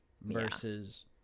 Versus